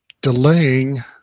delaying